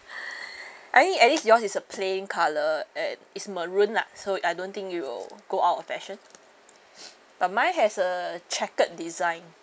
I think at least yours is a plain colour and it's maroon lah so I don't think it will go out of fashion but mine has a checkered design